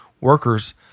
Workers